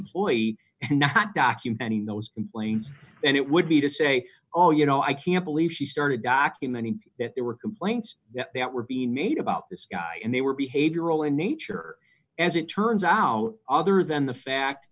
employee not documenting those complaints and it would be to say oh you know i can't believe she started documenting that there were complaints that were being made about this guy and they were behavioral in nature as it turns out other than the fact